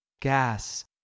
gas